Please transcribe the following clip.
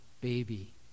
baby